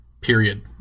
period